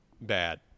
bad